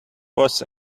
was